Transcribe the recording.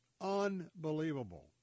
Unbelievable